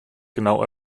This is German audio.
genau